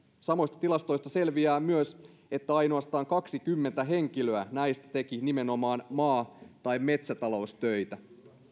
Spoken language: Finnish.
samoista tilastoista selviää myös että ainoastaan kaksikymmentä henkilöä näistä teki nimenomaan maa tai metsätaloustöitä